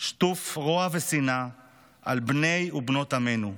שטוף רוע ושנאה על בני ובנות עמנו,